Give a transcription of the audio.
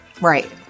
Right